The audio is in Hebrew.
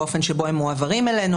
באופן שבו הם מועברים אלינו.